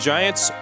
Giants